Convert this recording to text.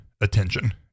attention